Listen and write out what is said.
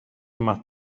más